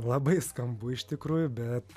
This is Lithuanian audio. labai skambu iš tikrųjų bet